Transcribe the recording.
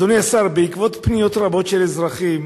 אדוני השר, בעקבות פניות רבות של אזרחים